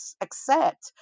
accept